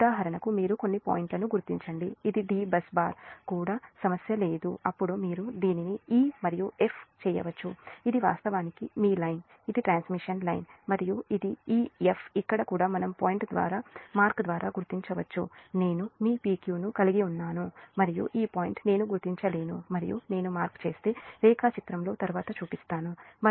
ఉదాహరణకు మీరు కొన్ని పాయింట్లను గుర్తించండి ఇది d బస్ బార్ కూడా సమస్య లేదు అప్పుడు మీరు దీనిని e ఇ మరియు f ఎఫ్ చేయవచ్చు ఇది వాస్తవానికి మీ లైన్ ఇది ట్రాన్స్మిషన్ లైన్ మరియు ఇది ఈ ఎఫ్ ఇక్కడ కూడా మనం పాయింట్ ద్వారా మార్క్ ద్వారా గుర్తించవచ్చు నేను మీ p q ను కలిగి ఉన్నాను మరియు ఈ పాయింట్ నేను గుర్తించలేదు మరియు నేను మార్క్ చేస్తే రేఖాచిత్రంలో తరువాత చూపిస్తాను